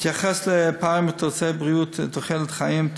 בהתייחס לפערים בתוצאי בריאות תוחלת חיים,